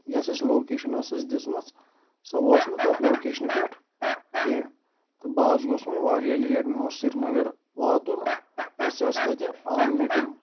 یۄس اَسہِ لوکیشَن ٲسٕس دِژمٕژ سۄ وٲژ نہٕ تَتھ لوکیشنہِ پٮ۪ٹھ کینٛہہ تہٕ بہٕ حظ گوس وۄنۍ واریاہ لیٹ مےٚ اوس سرینَگر واتُن اَسہِ ٲس تَتہِ اَہم مِٹِنٛگ